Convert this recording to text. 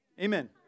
Amen